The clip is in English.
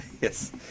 Yes